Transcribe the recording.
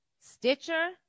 Stitcher